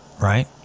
Right